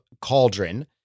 Cauldron